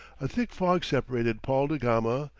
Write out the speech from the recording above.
a thick fog separated paul da gama,